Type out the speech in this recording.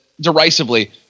derisively